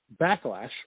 backlash